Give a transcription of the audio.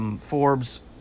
Forbes